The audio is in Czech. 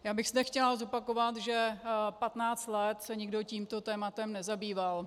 Já bych chtěla zopakovat, že 15 let se nikdo tímto tématem nezabýval.